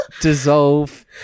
dissolve